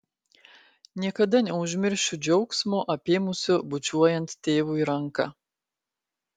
niekada neužmiršiu džiaugsmo apėmusio bučiuojant tėvui ranką